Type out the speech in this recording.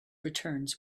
returns